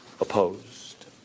opposed